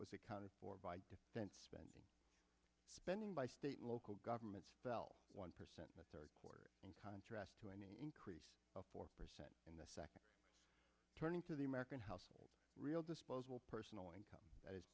was accounted for by defense spending spending by state and local governments fell one percent the third quarter in contrast to any increase of four percent in the second turning to the american house real disposable personal income as